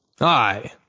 Aye